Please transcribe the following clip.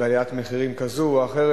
בעליית מחירים כזו או אחרת.